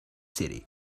city